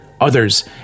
Others